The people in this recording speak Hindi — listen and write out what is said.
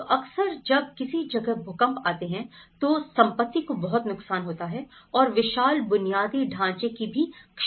तो अक्सर जब किसी जगह भूकंप आते हैं तो संपत्ति को बहुत नुकसान होता है और विशाल बुनियादी ढांचे की भी क्षति होती है